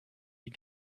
die